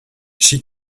she